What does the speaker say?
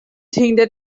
things